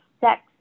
sex